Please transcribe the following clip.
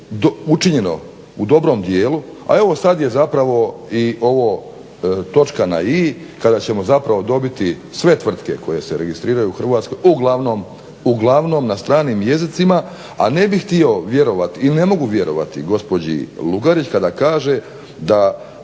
učinjeno u dobrom dijelu a evo sada je zapravo ovo točka na i kada ćemo dobiti sve tvrtke koje se registriraju u Hrvatskoj uglavnom na stranim jezicima. A ne bih htio vjerovati i ne mogu vjerovati gospođi Lugarić kada kaže da